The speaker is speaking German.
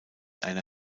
einer